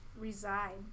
reside